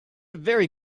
very